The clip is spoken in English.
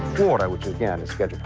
border which again it's got